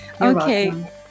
Okay